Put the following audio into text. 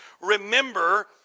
remember